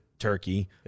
turkey